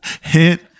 hit